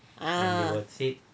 ah